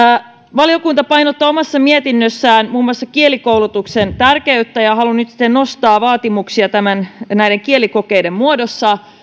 valiokunta painottaa omassa mietinnössään muun muassa kielikoulutuksen tärkeyttä ja haluaa nyt sitten nostaa vaatimuksia kielikokeiden muodossa